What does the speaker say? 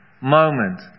moment